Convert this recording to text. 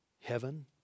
heaven